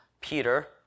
Peter